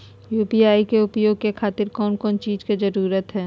UPI के उपयोग के खातिर कौन कौन चीज के जरूरत है?